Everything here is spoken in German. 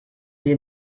wir